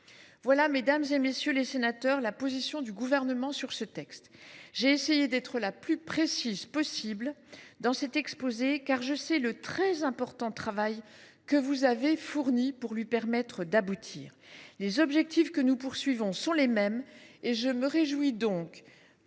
Voilà, mesdames, messieurs les sénateurs, la position du Gouvernement sur ce texte. J’ai essayé d’être la plus précise possible, car je sais le travail très important que vous avez fourni pour lui permettre d’aboutir. Les objectifs que nous cherchons à atteindre sont les mêmes. Je me réjouis donc